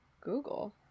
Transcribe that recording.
Google